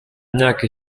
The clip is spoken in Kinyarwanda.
myaka